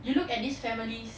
you look at these families